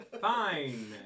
fine